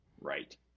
Right